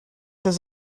does